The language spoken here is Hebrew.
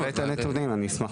אני אראה את הנתונים אני אשמח.